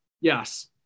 Yes